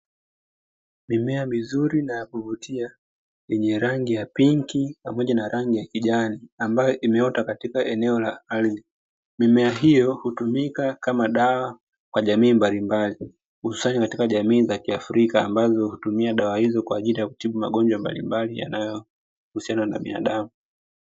Mimea mizuri na yakuvutia yenye rangi ya pinki pamoja na rangi kijani ambayo imeota katika eneo la ardhi, mimea hiyo hutumika kama dawa kwa jamii mbalimbali hususani katika jamii za kiafrika ambazo hutumia dawa hizo kwaajili ya kutibu magonjwa mbalilmbali yanayohusiana na binadamu.